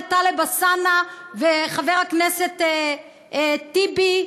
כולל טלב אלסאנע וחבר הכנסת טיבי,